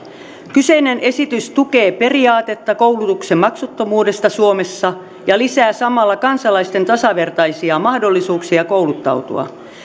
kyseinen esitys tukee periaatetta koulutuksen maksuttomuudesta suomessa ja lisää samalla kansalaisten tasavertaisia mahdollisuuksia kouluttautua